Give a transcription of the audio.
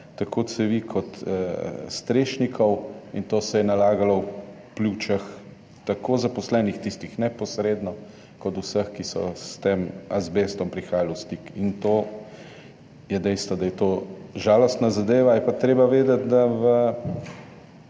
tako cevi kot strešnikov, in to se je nalagalo v pljučih tako zaposlenih, tistih neposredno, kot tudi vseh, ki so s tem azbestom prihajali v stik. To je dejstvo, da je to žalostna zadeva. Je pa treba vedeti, da